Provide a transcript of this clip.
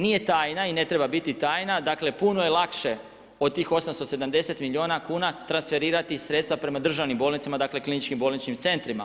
Nije tajna i ne treba biti tajna, dakle puno je lakše od tih 870 milijuna kuna transferirati sredstva prema državnim bolnicama, dakle kliničkim bolničkim centrima.